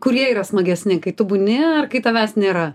kurie yra smagesni kai tu būni ar kai tavęs nėra